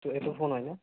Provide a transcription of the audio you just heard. এটো ফোন হয়নে